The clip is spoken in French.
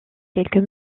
quelques